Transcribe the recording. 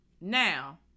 Now